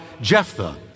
Jephthah